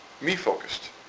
me-focused